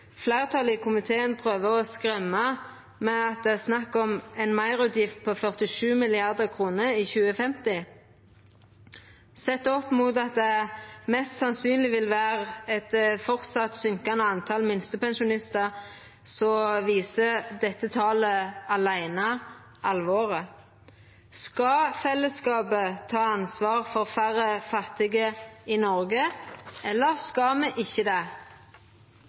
Fleirtalet i komiteen prøver å skremma med at det er snakk om ei meirutgift på 47 mrd. kr i 2050. Sett opp mot at det mest sannsynleg framleis vil vera eit søkkande antal minstepensjonistar, viser dette talet åleine alvoret. Skal fellesskapet ta ansvar for færre fattige i Noreg, eller skal me ikkje det?